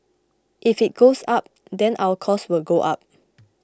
if it goes up then our cost will go up